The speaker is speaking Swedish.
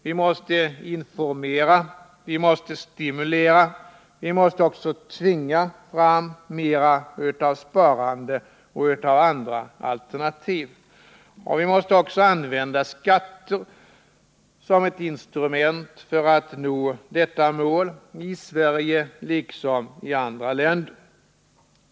Vi måste informera, vi måste stimulera, vi måste också tvinga fram mera av sparande och av andra alternativ. Och vi måste också använda skatter som ett instrument för att nå detta mål — i Sverige liksom i andra länder.